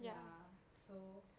ya so